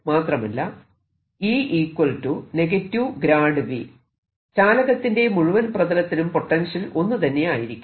മാത്രമല്ല ചാലകത്തിന്റെ മുഴുവൻ പ്രതലത്തിലും പൊട്ടൻഷ്യൽ ഒന്ന് തന്നെയായിരിക്കും